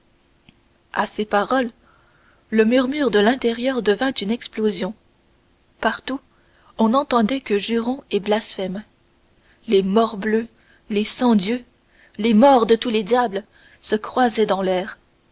à ces paroles le murmure de l'extérieur devint une explosion partout on n'entendait que jurons et blasphèmes les morbleu les sangdieu les morts de tous les diables se croisaient dans l'air